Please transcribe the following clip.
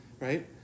Right